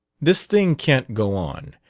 this thing can't go on,